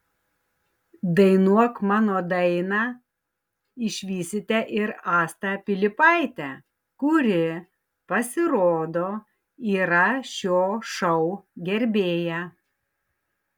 dainuok mano dainą išvysite ir astą pilypaitę kuri pasirodo yra šio šou gerbėja